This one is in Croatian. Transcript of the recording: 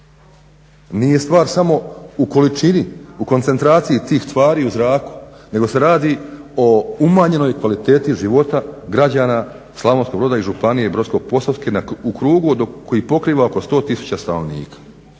nije stvar samo u količini, u koncentraciji tih tvari u zraku nego se radi o umanjenoj kvaliteti života građana Slavonskog broda i županije Brodsko-posavske u krugu koji pokriva oko 100 tisuća stanovnika.